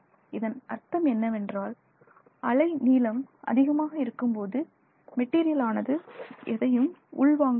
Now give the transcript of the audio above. இதன் அர்த்தம் என்னவென்றால் அலை நீளம் அதிகமாக இருக்கும்போது மெட்டீரியல் ஆனது எதையும் உள் வாங்குவதில்லை